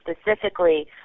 specifically